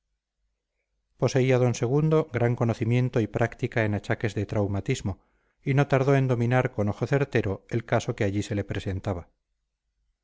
poseía d segundo gran conocimiento y práctica en achaques de traumatismo y no tardó en dominar con ojo certero el caso que allí se le presentaba